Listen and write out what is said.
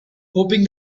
hoping